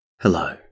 Hello